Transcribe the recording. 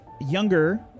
Younger